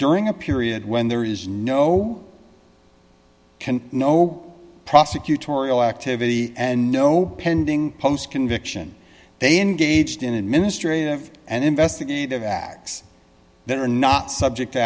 during a period when there is no can no prosecutorial activity and no pending post conviction they engaged in administrative and investigative acts that are not subject to